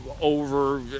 over